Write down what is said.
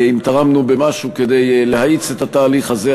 אם תרמנו במשהו כדי להאיץ את התהליך הזה,